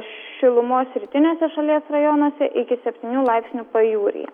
šilumos rytiniuose šalies rajonuose iki septynių laipsnių pajūryje